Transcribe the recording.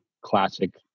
classic